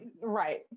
right